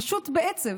פשוט בעצב.